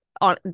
on